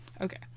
Okay